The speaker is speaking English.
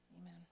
amen